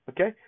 okay